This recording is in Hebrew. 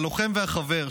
הלוחם והחבר.